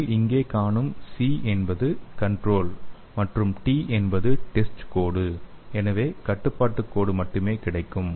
நீங்கள் இங்கே காணும் சி என்பது கன்ட்ரோல் மற்றும் டி என்பது டெஸ்ட் கோடு எனவே கட்டுப்பாட்டு கோடு மட்டுமே கிடைக்கும்